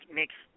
makes